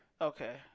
okay